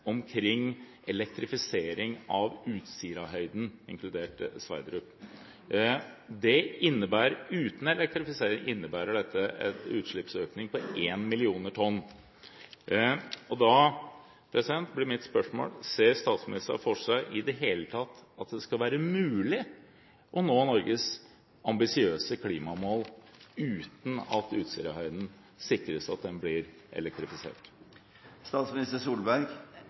omkring elektrifisering av Utsirahøyden, inkludert Sverdrup-feltet. Uten elektrifisering innebærer dette en utslippsøkning på én million tonn. Da blir mitt spørsmål: Ser statsministeren i det hele tatt for seg at det skal være mulig å nå Norges ambisiøse klimamål uten å sikre at Utsirahøyden